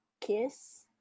kiss